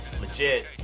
legit